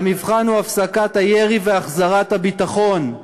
והמבחן הוא הפסקת הירי והחזרת הביטחון.